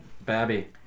Babby